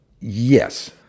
yes